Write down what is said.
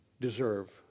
deserve